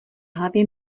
hlavě